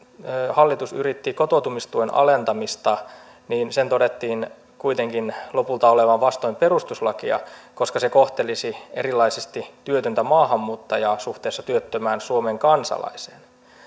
hallitus yritti kotoutumistuen alentamista niin sen todettiin kuitenkin lopulta olevan vastoin perustuslakia koska se kohtelisi erilaisesti työtöntä maahanmuuttajaa suhteessa työttömään suomen kansalaiseen